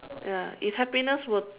ya if happiness were